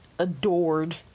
adored